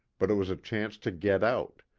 but it was a chance to get out,